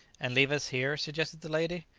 and leave us here? suggested the lady.